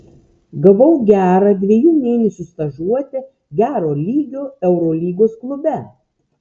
gavau gerą dviejų mėnesių stažuotę gero lygio eurolygos klube